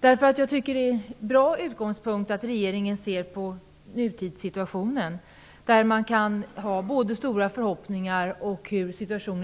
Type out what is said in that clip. Det är en bra utgångspunkt för regeringen att se på nutidssituationen, där man både kan ha stora förhoppningar och känna oro.